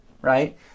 right